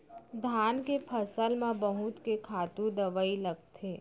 धान के फसल म बहुत के खातू दवई लगथे